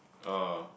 oh